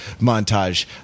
montage